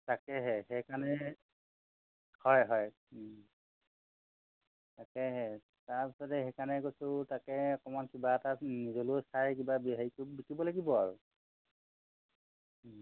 তাকেহে সেইকাৰণে হয় হয় তাকেহে তাৰপিছতে সেইকাৰণে কৈছোঁ তাকে অকণমান কিবা এটা নিজলেও চাই কিবা হেৰি বিকিব লাগিব আৰু